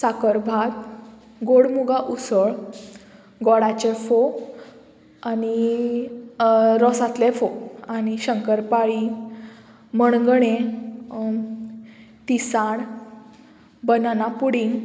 साकर भात गोड मुगा उसळ गोडाचे फोव आनी रोसांतले फोव आनी शंकरपाळी मणगणें तिसाण बनाना पुडींग